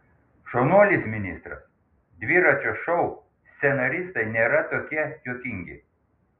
šaunuolis ministras dviračio šou scenaristai nėra tokie juokingi